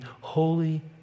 Holy